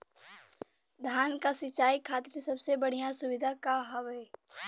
धान क सिंचाई खातिर सबसे बढ़ियां सुविधा का हवे?